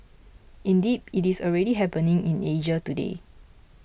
indeed it is already happening in Asia today